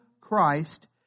Christ